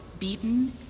beaten